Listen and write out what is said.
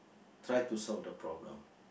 try to solve the problem